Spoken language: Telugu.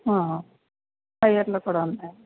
ఐదు లీటర్లు కూడా ఉన్నాయి